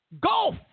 golf